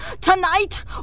Tonight